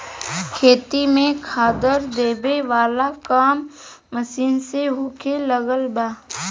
खेत में खादर देबे वाला काम मशीन से होखे लागल बा